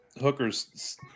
hookers